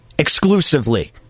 exclusively